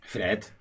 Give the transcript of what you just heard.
Fred